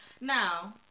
Now